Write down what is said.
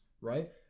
Right